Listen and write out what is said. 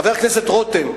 חבר הכנסת רותם,